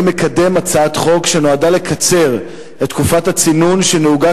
אני מקדם הצעת חוק שנועדה לקצר את תקופת הצינון שנהוגה